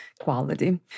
quality